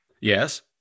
Yes